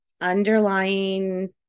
underlying